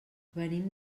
venim